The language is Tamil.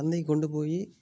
சந்தைக்கு கொண்டு போய்